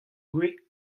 gwez